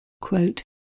quote